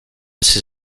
ses